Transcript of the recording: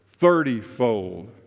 Thirtyfold